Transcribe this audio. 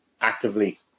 actively